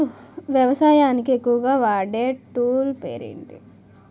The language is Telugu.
వ్యవసాయానికి ఎక్కువుగా వాడే టూల్ పేరు ఏంటి?